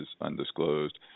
undisclosed